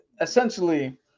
essentially